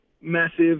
massive